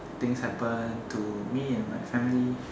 things happen to me and my family